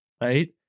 right